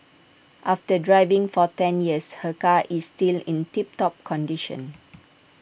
after driving for ten years her car is still in tip top condition